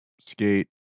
skate